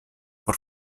por